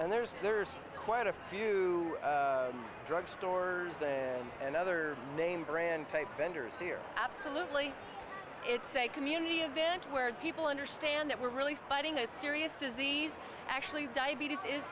and there's there's quite a few drug stores and other name brand type vendors there absolutely it's a community event where people understand that we're really fighting a serious disease actually diabetes is